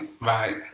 Right